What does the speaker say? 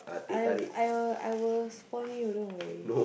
I I will I will spon you don't worry